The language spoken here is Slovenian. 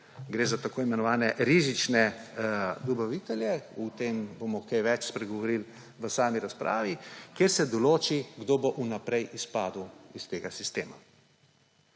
gre za tako imenovane rizične dobavitelje, o tem bomo kaj več spregovorili v sami razpravi –, kjer se določi, kdo bo vnaprej izpadel iz tega sistema.